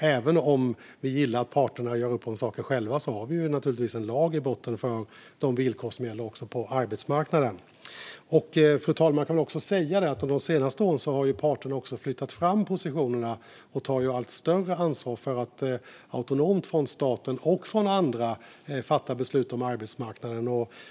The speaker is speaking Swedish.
Även om vi gillar att parterna gör upp om saker själva har vi naturligtvis en lag i botten för de villkor som gäller också på arbetsmarknaden. Fru talman! Jag kan också säga att under de senaste åren har parterna flyttat fram positionerna och tagit allt större ansvar för att fatta beslut om arbetsmarknaden autonomt från staten och från andra.